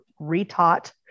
retaught